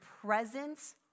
presence